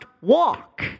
walk